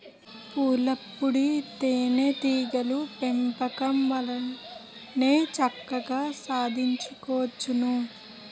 పూలపుప్పొడి తేనే టీగల పెంపకం వల్లనే చక్కగా సాధించుకోవచ్చును